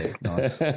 nice